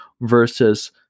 versus